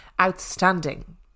outstanding